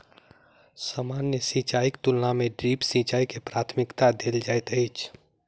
सामान्य सिंचाईक तुलना मे ड्रिप सिंचाई के प्राथमिकता देल जाइत अछि